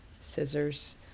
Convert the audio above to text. scissors